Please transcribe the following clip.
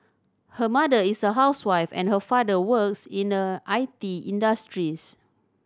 her mother is a housewife and her father works in the I T industries